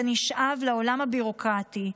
אתה נשאב לעולם הביורוקרטי: